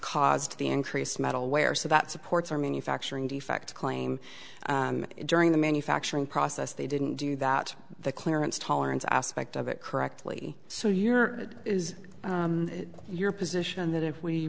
caused the increased metal wear so that supports or manufacturing defect claim during the manufacturing process they didn't do that the clearance tolerance aspect of it correctly so your is your position that if we